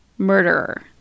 murderer